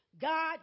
God